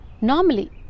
normally